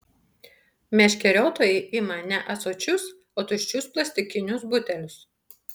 meškeriotojai ima ne ąsočius o tuščius plastikinius butelius